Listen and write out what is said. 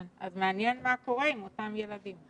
אז מעניין מה קורה עם אותם ילדים.